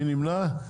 מי נמנע?